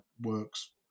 works